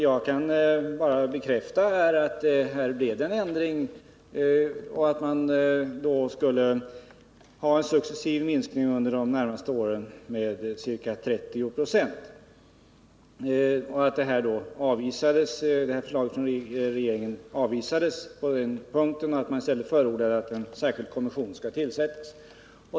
Jag kan bara bekräfta att det blev en ändring och att man skall ha en successiv minskning under de närmaste åren med ca 30 96. Förslaget från regeringen avvisades alltså på den punkten, och riksdagen förordade i stället att en särskild kommission skall tillsättas.